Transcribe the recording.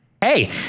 Hey